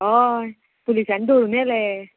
हय पुलिसान धरून हेलें